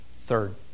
Third